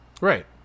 Right